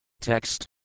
Text